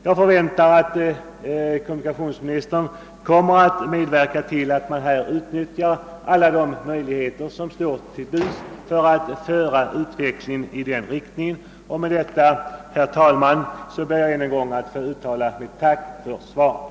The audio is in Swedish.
Jag förväntar att kommunikationsministern medverkar till att man här utnyttjar alla de möjligheter som står till buds för att föra utvecklingen vidare i denna riktning. Med detta, herr talman, ber jag att än en gång få uttala mitt tack för svaret.